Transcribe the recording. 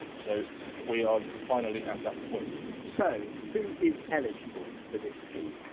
so we are finally at that point! so who is eligible for this scheme?